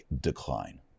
decline